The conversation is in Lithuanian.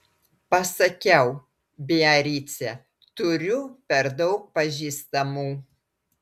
pasakiau biarice turiu per daug pažįstamų